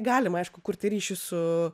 galima aišku kurti ryšį su